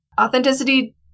Authenticity